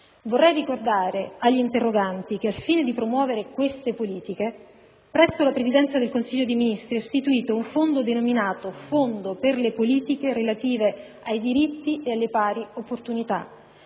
Vorrei ricordare agli interroganti che, al fine di promuovere queste politiche, presso la Presidenza del Consiglio dei ministri è istituito un fondo, denominato Fondo per le politiche relative ai diritti e alle pari opportunità.